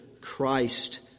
Christ